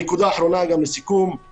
נקודה אחרונה גם לסיכום היא